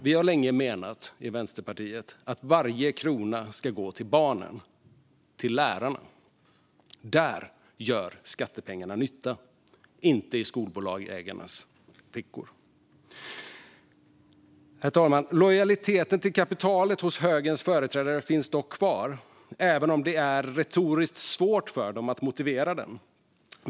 Vänsterpartiet har länge menat att varje krona ska gå till barnen och till lärarna. Där gör våra skattepengar nytta, inte i ägarnas fickor. Herr talman! Lojaliteten till kapitalet hos högerns företrädare finns dock kvar, även om det är retoriskt svårt för dem att motivera den.